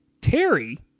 Terry